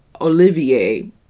Olivier